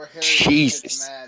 Jesus